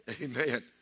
Amen